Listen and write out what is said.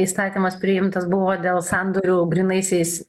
įstatymas priimtas buvo dėl sandorių grynaisiais